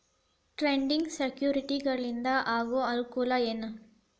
trading ಸೆಕ್ಯುರಿಟಿಗಳಿಂದ ಆಗೋ ಅನುಕೂಲ ಏನ